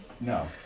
No